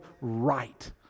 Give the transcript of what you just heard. right